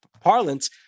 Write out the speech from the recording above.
parlance